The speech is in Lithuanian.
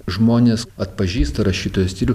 žmonės atpažįsta rašytojo stilių